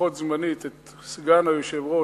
לפחות זמנית את סגן היושב-ראש,